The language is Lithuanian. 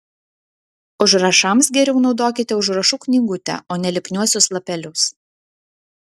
užrašams geriau naudokite užrašų knygutę o ne lipniuosius lapelius